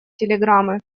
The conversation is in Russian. телеграммы